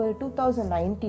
2019